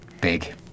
big